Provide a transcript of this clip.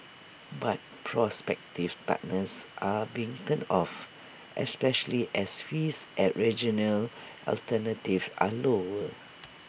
but prospective partners are being turned off especially as fees at regional alternatives are lower